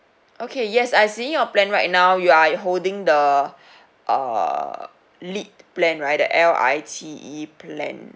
okay yes I seeing your plan right now you are holding the uh lit plan right the L I T E plan